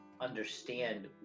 understand